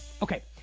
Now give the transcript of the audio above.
Okay